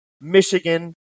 Michigan